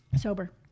Sober